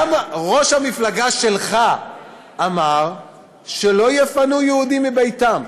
גם ראש המפלגה שלך אמר שלא יפנו יהודים מביתם.